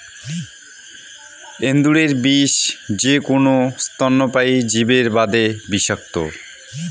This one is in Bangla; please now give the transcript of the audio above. এন্দুরের বিষ যেকুনো স্তন্যপায়ী জীবের বাদে বিষাক্ত,